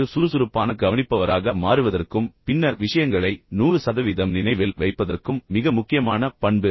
ஒரு சுறுசுறுப்பான கவனிப்பவராக மாறுவதற்கும் பின்னர் விஷயங்களை 100 சதவீதம் நினைவில் வைப்பதற்கும் மிக முக்கியமான பண்பு குறிப்புகளைப் பயன்படுத்துதல்